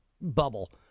bubble